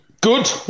Good